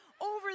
over